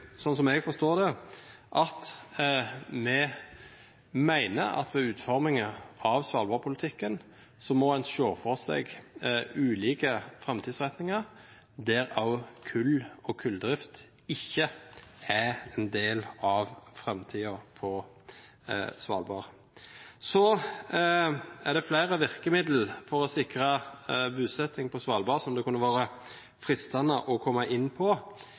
sånn som jeg forstår det, at vi mener at en ved utformingen av svalbardpolitikken må se for seg ulike framtidsretninger, der kull og kulldrift ikke er en del av framtiden på Svalbard. Så er det flere virkemidler for å sikre bosetting på Svalbard, som det kunne være fristende å komme inn på.